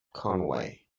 conway